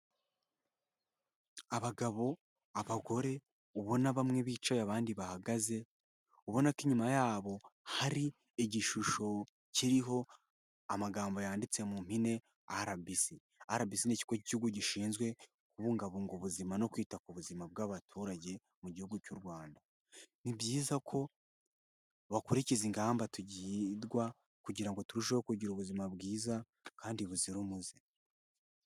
Abagabo, abagore ubona bamwe bicaye abandi bahagaze, ubona ko inyuma yabo hari igishusho kiriho amagambo yanditse mu mpine RBC, RBC ni ikigo cy'igihugu gishinzwe kubungabunga ubuzima no kwita ku buzima bw'abaturage mu gihugu cy'u Rwanda, ni byiza ko bakurikiza ingamba tugirwa kugira turusheho kugira ubuzima bwiza kandi buzira umuze.